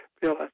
bill